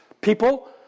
people